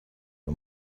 and